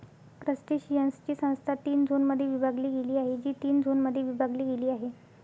क्रस्टेशियन्सची संस्था तीन झोनमध्ये विभागली गेली आहे, जी तीन झोनमध्ये विभागली गेली आहे